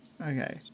okay